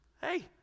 Hey